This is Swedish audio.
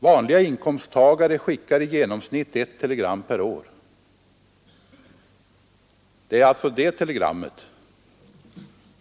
Vanliga inkomsttagare skickar i genomsnitt ett telegram per år. Det är alltså det telegrammet